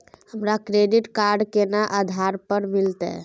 हमरा credit card केना आधार पर मिलते?